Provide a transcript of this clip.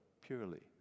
purely